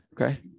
okay